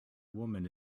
woman